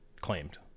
claimed